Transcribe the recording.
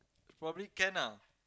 probably can ah